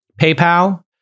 PayPal